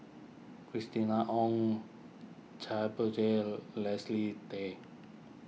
Christina Ong Chia Poh Thye Leslie Tay